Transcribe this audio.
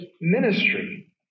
ministry